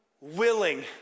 willing